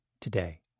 today